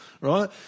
right